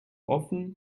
offen